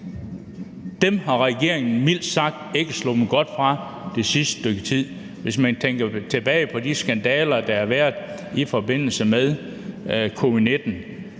er regeringen mildt sagt ikke sluppet godt fra det sidste stykke tid, hvis man tænker tilbage på de skandaler, der har været i forbindelse med covid-19,